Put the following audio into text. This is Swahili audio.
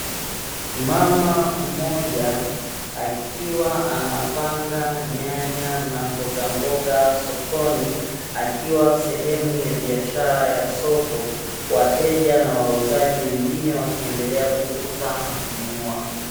Mmama mmoja akiwa anapanga nyanya na mboga mboga sokoni, akiwa sehemu ya biashara ya soko wateja na wauzaji wengine wakiendelea kuuza na kununua.